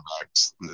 backs